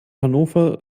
hannover